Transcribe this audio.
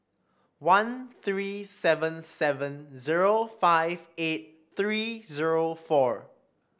one three seven seven zero five eight three zero four